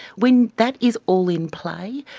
when that is all in play,